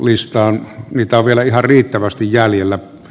niitä on vielä ihan riittävästi jäljellä